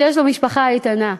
שיש לו משפחה איתנה,